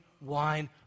wine